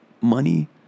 money